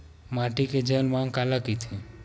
माटी के जलमांग काला कइथे?